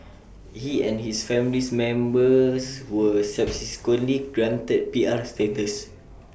he and his family's members were subsequently granted P R status